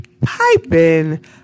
piping